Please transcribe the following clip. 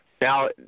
Now